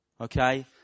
Okay